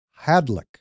Hadlick